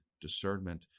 discernment